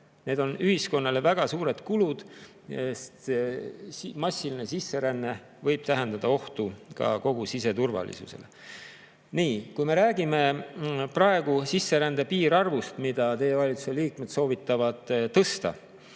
Need on ühiskonnale väga suured kulud. Massiline sisseränne võib tähendada ohtu ka siseturvalisusele. Nii, kui me räägime praegu sisserände piirarvust, mida teie valitsuse liikmed soovitavad tõsta,